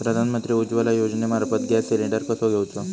प्रधानमंत्री उज्वला योजनेमार्फत gas cylinder कसो घेऊचो?